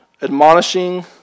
Admonishing